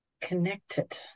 connected